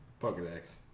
Pokedex